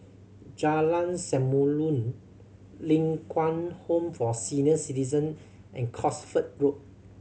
Jalan Samulun Ling Kwang Home for Senior Citizen and Cosford Road